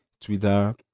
Twitter